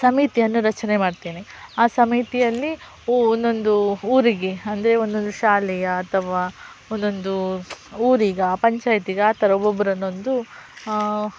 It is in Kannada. ಸಮಿತಿಯನ್ನು ರಚನೆ ಮಾಡ್ತೇನೆ ಆ ಸಮಿತಿಯಲ್ಲಿ ಒಂದೊಂದು ಊರಿಗೆ ಅಂದರೆ ಒಂದೊಂದು ಶಾಲೆಯ ಅಥವಾ ಒಂದೊಂದು ಊರಿಗಾ ಪಂಚಾಯ್ತಿಗಾ ಆ ಥರ ಒಬ್ಬೊಬ್ಬರನ್ನೊಂದು